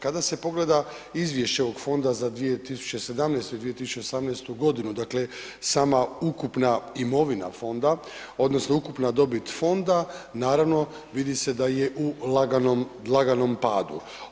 Kada se pogleda izvješće ovog fonda za 2017. i 2018.g., dakle sama ukupna imovina fonda odnosno ukupna dobit fonda naravno vidi se da je u laganom, laganom padu.